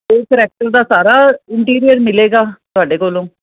ਅਤੇ ਕਰੈਕਟਰ ਦਾ ਸਾਰਾ ਇੰਟੀਰੀਅਰ ਮਿਲੇਗਾ ਤੁਹਾਡੇ ਕੋਲੋਂ